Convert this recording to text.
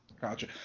Gotcha